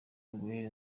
gaulle